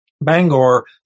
Bangor